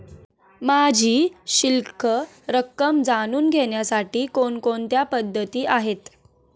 माझी शिल्लक रक्कम जाणून घेण्यासाठी कोणकोणत्या पद्धती आहेत?